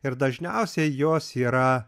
ir dažniausiai jos yra